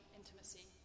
intimacy